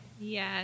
Yes